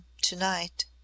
to-night